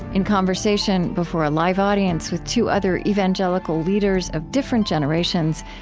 in conversation before a live audience with two other evangelical leaders of different generations,